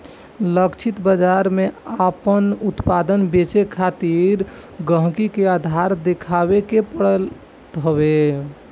लक्षित बाजार में आपन उत्पाद बेचे खातिर गहकी के आधार देखावे के पड़त हवे